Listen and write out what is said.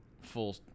full